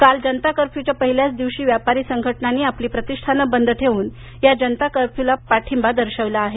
काल या जनता कर्फ्यूच्या पहिल्याच दिवशी व्यापारी संघटनांनी आपली प्रतिष्ठाने बंद ठेऊन या जनता कर्फ्युंला पाठिंबा दर्शविला आहेत